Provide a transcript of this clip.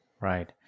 Right